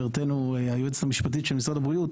חברתנו, היועצת המשפטית של משרד הבריאות,